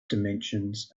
dimensions